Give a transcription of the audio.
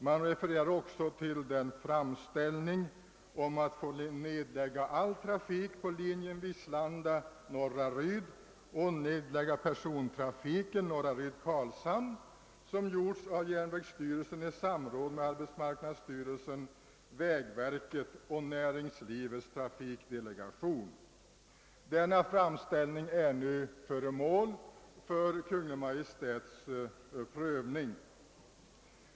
Man refererar också till den framställning om att få nedlägga all trafik på linjen Vislanda— Norraryd och nedlägga persontrafiken Norraryd—Karlshamn som gjorts av järnvägsstyrelsen i samråd med arbetsmarknadsstyrelsen, vägverket och Näringslivets — trafikdelegation. Denna framställning är föremål för Kungl. Maj:ts prövning.